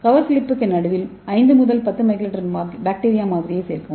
cover ஸ்லிப்க்கு நடுவில் 5 முதல் 10 µl பாக்டீரியா மாதிரியைச் சேர்க்கவும்